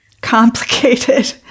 Complicated